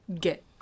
get